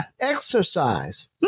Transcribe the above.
exercise